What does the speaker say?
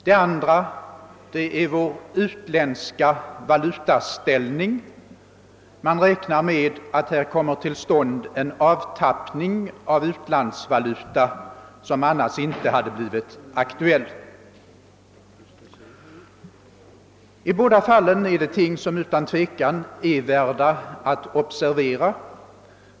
Det andra är vår utländska valuta. Man räknar med att det här kommer till stånd en avtappning av utlandsvaluta som annars inte hade blivit aktuell. I båda fallen är det ting som utan tvivel är värda att observeras.